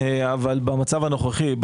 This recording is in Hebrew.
אך במצב הנוכחי,